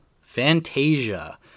Fantasia